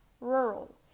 rural